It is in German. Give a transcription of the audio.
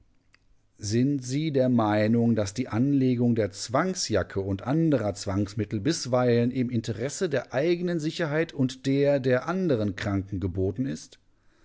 sind sie der meinung daß die anlegung der zwangsjacke und anderer zwangsmittel bisweilen im interesse der eigenen sicherheit und der der anderen kranken geboten ist